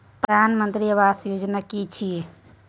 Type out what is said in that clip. प्रधानमंत्री आवास योजना कि छिए?